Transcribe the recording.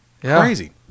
crazy